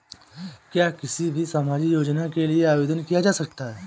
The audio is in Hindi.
क्या किसी भी सामाजिक योजना के लिए आवेदन किया जा सकता है?